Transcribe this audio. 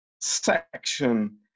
section